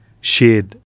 shared